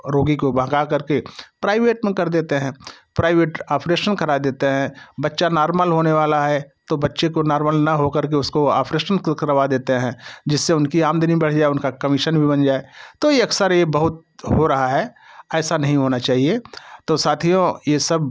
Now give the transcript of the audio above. रोगी को भगा कर के प्राइवेट में कर देते हैं प्राइवेट ऑपरेशन करा देते हैं बच्चा नार्मल होने वाला है तो बच्चे को नार्मल ना होकर के उसको ऑपरेशन को करवा देते हैं जिससे उनकी आमदनी बढ़ जाए उनका कमीशन भी बन जाए तो ये अक्सर ये बहुत हो रहा है ऐसा नहीं होना चाहिए तो साथियों ये सब